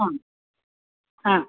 ആ ആ